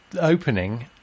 opening